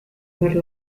were